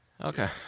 Okay